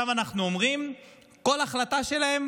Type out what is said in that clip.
עכשיו אנחנו אומרים שכל החלטה שלהם